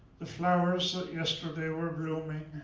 the flowers that yesterday were blooming,